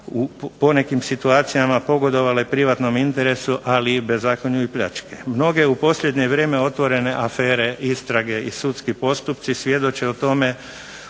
ponekim situacijama pogodovale privatnom interesu, ali i bezakonju i pljački. Mnoge u posljednje vrijeme otvorene afere, istrage i sudski postupci svjedoče o tome